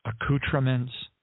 accoutrements